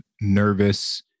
nervous